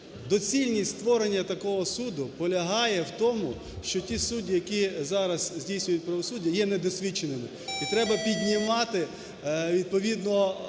доцільність створення такого суду полягає в тому, що ті судді, які зараз здійснюють правосуддя, є недосвідченими. І треба піднімати відповідно і